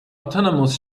autonomous